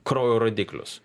kraujo rodiklius